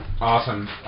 Awesome